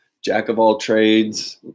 jack-of-all-trades